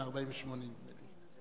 מ-1948 נדמה לי.